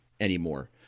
anymore